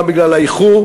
גם בגלל האיחור.